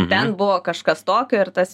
ten buvo kažkas tokio ir tas